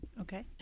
okay